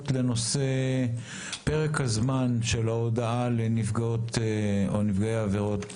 לנושא פרק הזמן של ההודעה לנפגעות או לנפגעי עבירות,